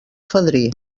fadrí